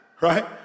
right